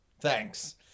thanks